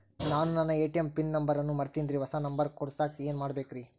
ನಾನು ನನ್ನ ATM PIN number ಮರ್ತೇನ್ರಿ, ಹೊಸಾ ನಂಬರ್ ಕುಡಸಾಕ್ ಏನ್ ಮಾಡ್ಬೇಕ್ರಿ?